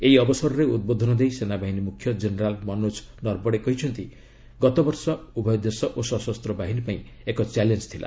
ଏହି ଅବସରରେ ଉଦ୍ବୋଧନ ଦେଇ ସେନାବାହିନୀ ମୁଖ୍ୟ ଜେନେରାଲ୍ ମନୋଜ ନର୍ବଣେ କହିଛନ୍ତି ଗତବର୍ଷ ଉଭୟ ଦେଶ ଓ ସଶସ୍ତ ବାହିନୀ ପାଇଁ ଏକ ଚ୍ୟାଲେଞ୍ ଥିଲା